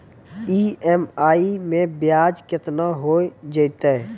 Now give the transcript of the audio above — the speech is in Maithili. ई.एम.आई मैं ब्याज केतना हो जयतै?